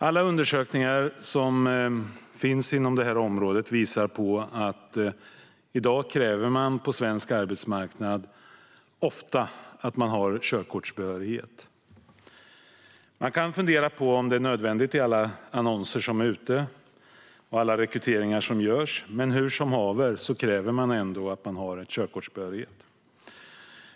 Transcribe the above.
Alla undersökningar på området visar att det i dag på svensk arbetsmarknad ofta krävs att man har körkortsbehörighet. Vi kan fundera över om det är nödvändigt i alla annonser och vid alla rekryteringar, men hur som haver krävs ändå körkortsbehörighet.